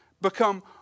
become